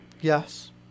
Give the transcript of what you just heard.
Yes